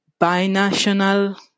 binational